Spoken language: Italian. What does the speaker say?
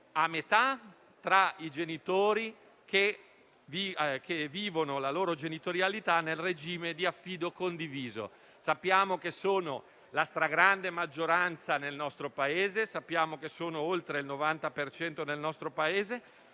a metà tra i genitori che vivono la loro genitorialità nel regime di affido condiviso. Sappiamo che sono la stragrande maggioranza nel nostro Paese, oltre il 90 per cento;